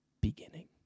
beginning